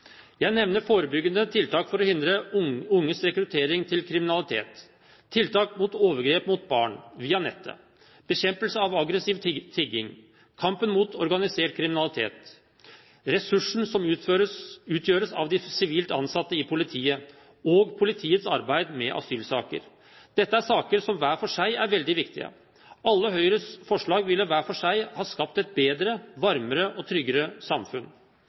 Jeg nevner forebyggende tiltak for å hindre unges rekruttering til kriminalitet, tiltak mot overgrep mot barn via nettet, bekjempelse av aggressiv tigging, kampen mot organisert kriminalitet, ressursene som utgjøres av de sivilt ansatte i politiet, og politiets arbeid med asylsaker. Dette er saker som hver for seg er veldig viktige. Alle Høyres forslag ville hver for seg ha skapt et bedre, varmere og tryggere samfunn.